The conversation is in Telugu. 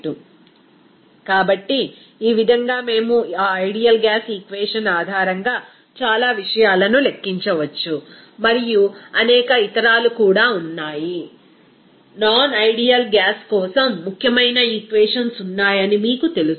రిఫర్ స్లయిడ్ టైం4853 కాబట్టి ఈ విధంగా మేము ఆ ఐడియల్ గ్యాస్ ఈక్వేషన్ ఆధారంగా చాలా విషయాలను లెక్కించవచ్చు మరియు అనేక ఇతరాలు కూడా ఉన్నాయినాన్ ఐడియల్ గ్యాస్ కోసం ముఖ్యమైన ఈక్వేషన్స్ ఉన్నాయని మీకు తెలుసు